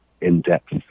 in-depth